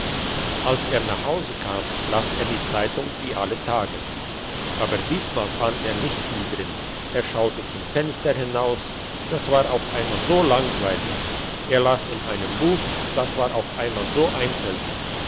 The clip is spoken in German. als er nach hause kam las er die zeitung wie alle tage aber diesmal fand er nicht viel drin er schaute zum fenster hinaus das war auf einmal so langweilig er las in einem buch das war auf einmal so einfältig